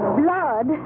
blood